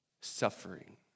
suffering